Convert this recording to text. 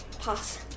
Pass